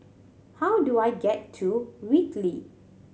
how do I get to Whitley